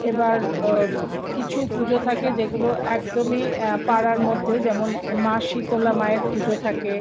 এবার কিছু পুজো থাকে যেগুলো একদমই পাড়ার মধ্যে যেমন মা শীতলা মায়ের পুজো থাকে